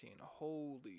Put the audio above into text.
Holy